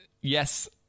yes